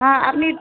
हाँ अपनी